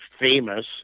famous